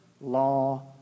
law